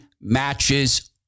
matches